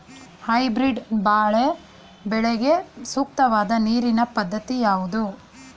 Hybrid ಬಾಳೆ ಬೆಳೆಗೆ ಸೂಕ್ತವಾದ ನೀರಿನ ಪದ್ಧತಿ ಯಾವುದು?